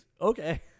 Okay